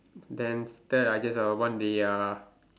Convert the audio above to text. then then I just want the uh